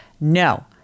No